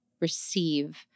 receive